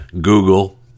Google